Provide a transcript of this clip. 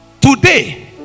Today